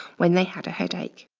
when they had a headache,